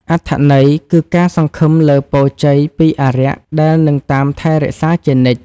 អត្ថន័យគឺការសង្ឃឹមលើពរជ័យពីអារក្សដែលនឹងតាមថែរក្សាជានិច្ច។